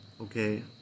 okay